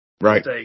Right